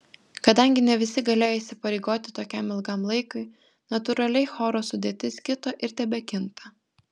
kadangi ne visi galėjo įsipareigoti tokiam ilgam laikui natūraliai choro sudėtis kito ir tebekinta